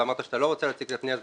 ואמרת שאתה לא רוצה להציג את הפנייה,